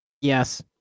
Yes